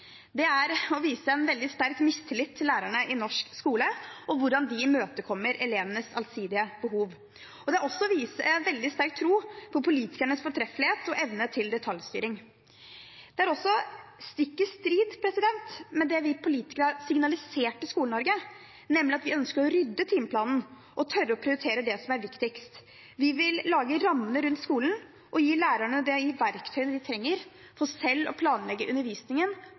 Det er å vise en veldig sterk mistillit til lærerne i norsk skole og hvordan de imøtekommer elevenes allsidige behov. Det viser også en veldig sterk tro på politikernes fortreffelighet og evne til detaljstyring. Det er også stikk i strid med det vi politikere har signalisert til Skole-Norge, nemlig at vi ønsker å rydde timeplanen og tørre å prioritere det som er viktigst. Vi vil lage rammer rundt skolen og gi lærerne de verktøyene de trenger for selv å kunne planlegge undervisningen